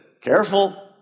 careful